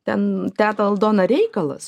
ten teta aldona reikalas